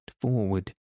forward